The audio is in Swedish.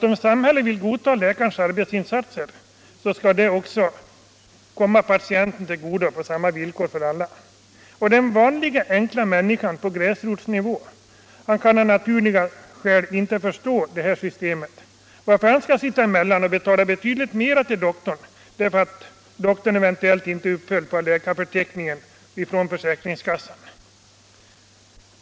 Om samhället godtar läkarens arbetsinsatser, skall väl detta komma alla patienter till godo på samma villkor. Den vanliga enkla människan på gräsrotsnivå kan av naturliga skäl inte förstå detta system. Han kan inte förstå varför han skall betala betydligt mer till doktorn om denne inte är uppförd på läkarförteckningen från försäkringskassan.